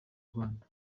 rwanda